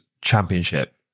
championship